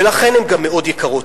ולכן הן גם מאוד יקרות.